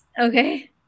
okay